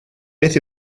beth